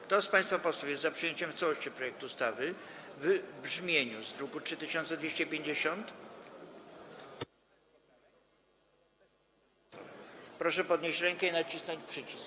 Kto z państwa posłów jest za przyjęciem w całości projektu ustawy w brzmieniu z druku nr 3250, proszę podnieść rękę i nacisnąć przycisk.